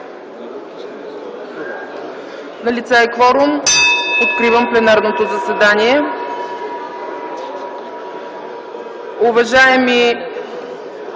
Налице е кворум. Откривам пленарното заседание.